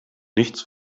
nichts